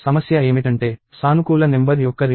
సమస్య ఏమిటంటే సానుకూల నెంబర్ యొక్క రివర్స్ను కనుగొనడం